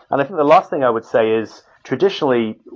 and i think the last thing i would say is, traditionally,